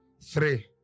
three